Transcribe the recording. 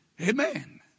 Amen